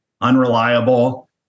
unreliable